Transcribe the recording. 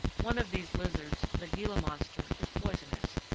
one of these lizards, the gila monster, is poisonous.